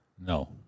No